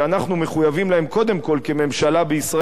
מחויבים להם קודם כול כממשלה בישראל,